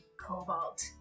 Cobalt